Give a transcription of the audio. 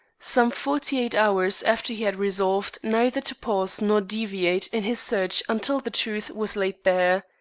some forty-eight hours after he had resolved neither to pause nor deviate in his search until the truth was laid bare.